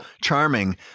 charming